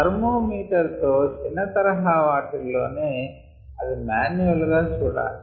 thermo metre తో చిన్న తరహా వాటిల్లోనే అది మాన్యువల్ గా చూడాలి